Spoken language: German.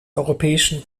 europäischen